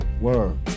Word